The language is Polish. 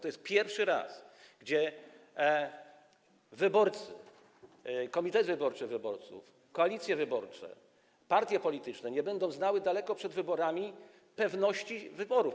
To jest pierwszy raz, kiedy wyborcy, komitety wyborcze wyborców, koalicje wyborcze, partie polityczne nie będą miały na długo przed wyborami pewności wyborów.